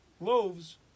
loaves